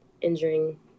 injuring